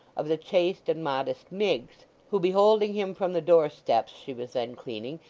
of the chaste and modest miggs, who, beholding him from the doorsteps she was then cleaning,